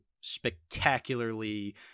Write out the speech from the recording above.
spectacularly